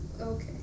okay